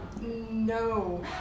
No